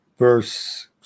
Verse